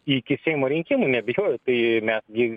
iki seimo rinkimų neabejoju tai mes gi